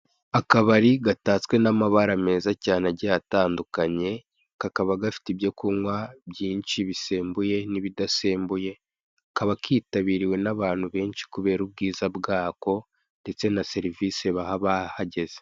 Akabari gatatswe n'amabara meza cyane agiye atandukanye kakaba gafite ibyo kunkwa byinshi bisembuye n'ibidasembuye, kakaba kitabiriwe n'abantu benshi kubera ubwiza bwako ndetse na serivise baha abahageze.